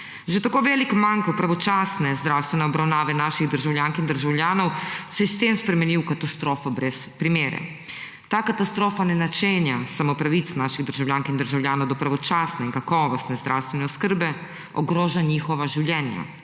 Že tako velik manko pravočasne zdravstvene obravnave naših državljank in državljanov se je s tem spremenil v katastrofo brez primere. Ta katastrofa ne načenja samo pravic naših državljank in državljanov do pravočasne in kakovostne zdravstvene oskrbe, ogroža njihova življenja,